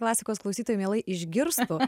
klasikos klausytojai mielai išgirstų